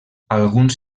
alguns